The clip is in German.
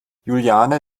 juliane